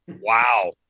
wow